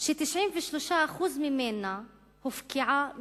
ש-93% ממנה הופקעה ממני,